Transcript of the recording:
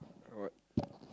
what